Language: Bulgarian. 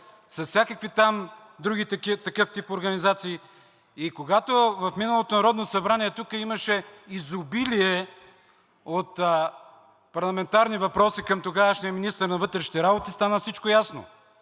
с всякакви там други такъв тип организации. Когато в миналото Народно събрание тук имаше изобилие от парламентарни въпроси към тогавашния министър на вътрешните работи всичко стана